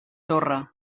torre